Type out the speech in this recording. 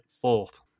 fourth